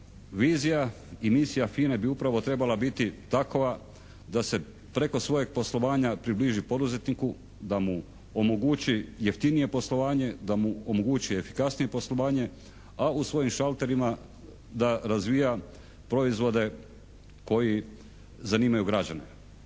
Vizija i misija FINA-e bi upravo trebala biti takova da se preko svog poslovanja približi poduzetniku, da mu omogući jeftinije poslovanje, da mu omogući efikasnije poslovanje a u svojim šalterima da razvija proizvode koji zanimaju građane.